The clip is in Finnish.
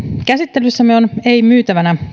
käsittelyssämme on ei myytävänä